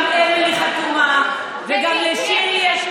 גם אמילי חתומה וגם לשירלי יש,